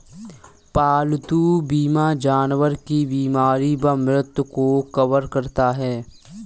पालतू बीमा जानवर की बीमारी व मृत्यु को कवर करता है